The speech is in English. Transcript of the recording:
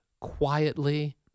quietly